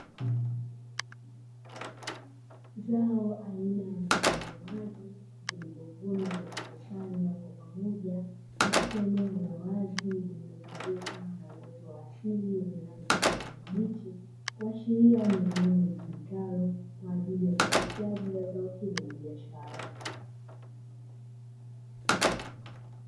Zao aina ya vitunguu maji vilivyovunwa na kukusanywa kwa pamoja katika eneo la wazi lililozungukwa na uwoto wa asili wenye rangi ya kijani kibichi kuashiria ni eneo litumikalo kwa ajili ya uzalishaji wa zao hilo la biashara